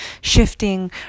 shifting